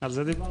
- על זה דיברנו.